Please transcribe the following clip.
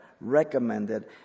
recommended